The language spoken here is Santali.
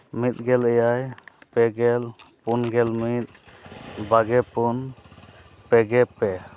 ᱢᱤᱫ ᱜᱮᱞ ᱮᱭᱟᱭ ᱯᱮ ᱜᱮᱞ ᱯᱩᱱ ᱜᱮᱞ ᱢᱤᱫ ᱵᱟᱜᱮ ᱯᱩᱱ ᱯᱮᱜᱮ ᱯᱮ